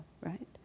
right